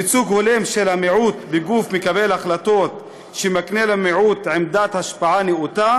ייצוג הולם של המיעוט בגוף מקבל החלטות שמקנה למיעוט עמדת השפעה נאותה